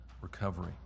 recovery